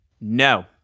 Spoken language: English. No